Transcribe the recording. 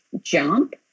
jump